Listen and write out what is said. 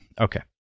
Okay